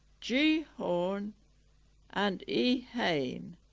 g horn and e haynes